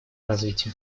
развитию